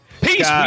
Peace